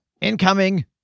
incoming